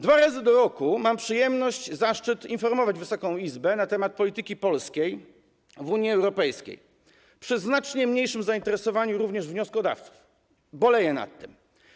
Dwa razy do roku mam przyjemność i zaszczyt informować Wysoką Izbę na temat polityki polskiej w Unii Europejskiej - przy znacznie mniejszym zainteresowaniu również wnioskodawców, boleję nad tym.